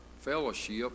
fellowship